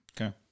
Okay